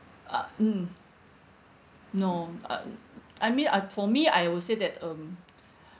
uh mm no uh I mean I for me I will say that um